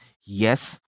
Yes